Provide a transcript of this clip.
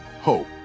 hope